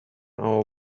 our